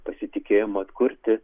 pasitikėjimo atkurti